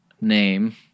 name